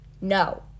No